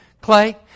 clay